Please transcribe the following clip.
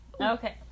Okay